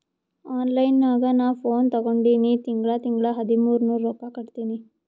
online ನಾಗ್ ನಾ phone ತಗೊಂಡಿನಿ ತಿಂಗಳಾ ತಿಂಗಳಾ ಹದಿಮೂರ್ ನೂರ್ ರೊಕ್ಕಾ ಕಟ್ಟತ್ತಿನಿ